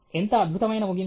ఎంత అద్భుతమైన ముగింపు